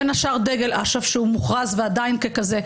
בין השאר דגל אש"ף שמוכרז ועדיין כזה,